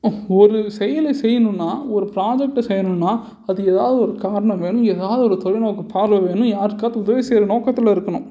ஒரு செயலை செய்யணும்னா ஒரு ப்ராஜெக்ட்டை செய்யணும்னா அது ஏதாவது ஒரு காரணம் வேணும் ஏதாவது ஒரு தொலைநோக்கு பார்வை வேணும் யாருக்காவது உதவி செய்கிற நோக்கத்தில் இருக்கணும்